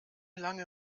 lange